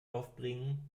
aufbringen